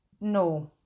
no